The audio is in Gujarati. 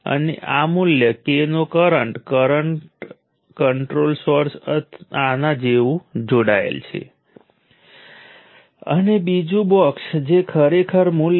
હવે જો એલિમેન્ટ પાસે બે ટર્મિનલ હોય તો શું થાય બે ટર્મિનલ વાળા એલીમેન્ટ્સ માટે તે ખૂબ જ સરળ હતું સમગ્ર એલિમેન્ટમાં એક વોલ્ટેજ છે અને એલિમેન્ટમાંથી એક કરંટ પસાર થાય છે